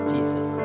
Jesus